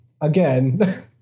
again